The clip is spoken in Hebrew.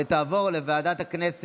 28 בעד,